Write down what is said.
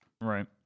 Right